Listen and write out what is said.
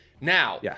now